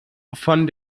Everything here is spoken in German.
von